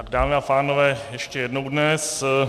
Dámy a pánové, ještě jednou dnes.